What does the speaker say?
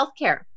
healthcare